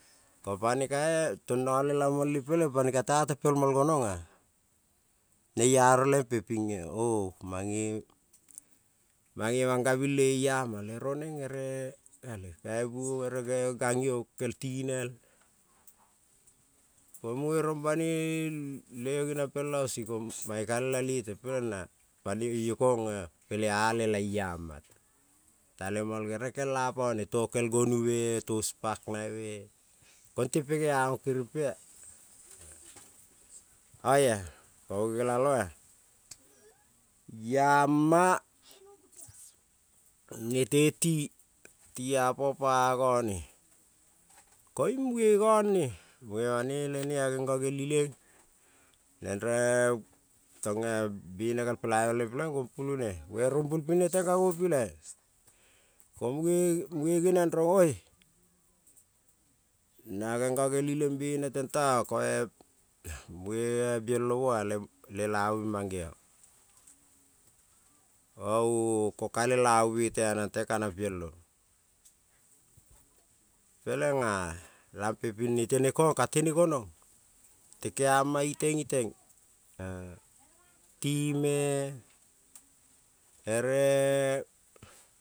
Lela peleng pane ka ta tepel mol gonona neiaro le pe ton o mangabin, lene lama le ruonen er kaibuon gan io kel tinel ko mune, rong banoi le yo genion pel ausik ko mane ka lela lete, pelen yo kona pele a lela iama talemoi gerel kel apone to ke gonu me ka spak nabe me kong te pege a on kirimpe oia ko go ne nelalo a oiama, nete ti apo pa anone, koin muge none banoi lene aneno nel ilen ere tong mune, gopulune rumbul neten ka no pilai mune rong oe naneno nel ilen, na bene tentoa ko mune gelomo le lelabu bing magene ou ko ka lelabu be te anan ten kanan pie lo mo gonon te ke ama iteng, iteng ke time ere.